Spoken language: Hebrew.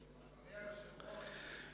אדוני היושב-ראש,